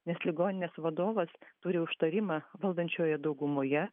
nes ligoninės vadovas turi užtarimą valdančiojoj daugumoje